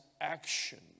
action